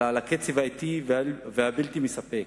אלא על הקצב האטי והבלתי מספק,